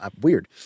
weird